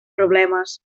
problemes